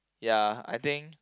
ya I think